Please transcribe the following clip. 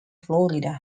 florida